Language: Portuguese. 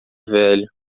velho